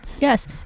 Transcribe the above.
yes